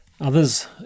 others